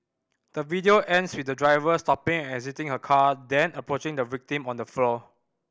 the video ends with the driver stopping and exiting her car then approaching the victim on the floor